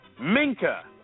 Minka